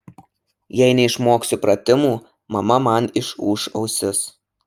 jei neišmoksiu pratimų mama man išūš ausis